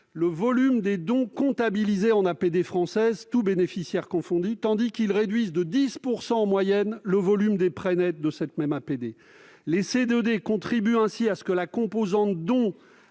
le volume des dons comptabilisés en APD française tous bénéficiaires confondus, tandis qu'ils réduisent de 10 % en moyenne le volume des prêts nets de cette même APD. Les contrats de désendettement et